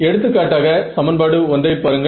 எடுத்துக்காட்டாக சமன்பாடு 1 ஐ பாருங்கள்